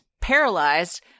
paralyzed